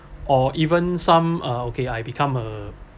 or even some uh okay I become a